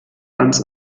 ganz